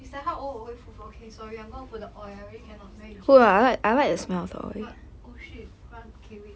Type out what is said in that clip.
is like 他偶尔会复发 okay sorry I'm going to put the oil I really cannot very itchy but oh shit but okay wait